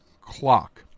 clock